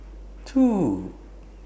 two